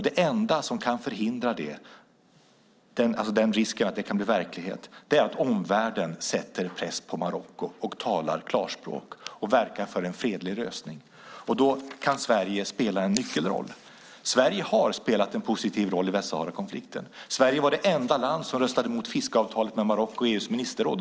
Det enda som kan förhindra att det blir verklighet är att omvärlden sätter press på Marocko, talar klarspråk och verkar för en fredlig lösning. Då kan Sverige spela en nyckelroll. Sverige har spelat en positiv roll i Västsaharakonflikten. Sverige var det enda land som i EU:s ministerråd röstade emot fiskeavtalet med Marocko.